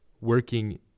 working